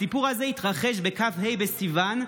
הסיפור הזה התרחש בכ"ה בסיוון,